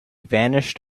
vanished